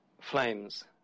flames